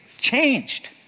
changed